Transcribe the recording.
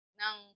ng